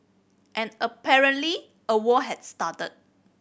and apparently a war has started